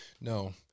No